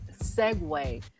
segue